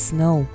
Snow